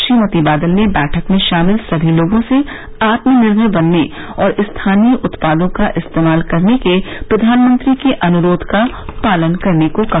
श्रीमती बादल ने बैठक में शामिल सभी लोगों से आत्मनिर्भर बनने और स्थानीय उत्पादों का इस्तेमाल करने के प्रधानमंत्री के अनुरोध का पालन करने को कहा